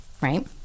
Right